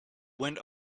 went